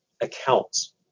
accounts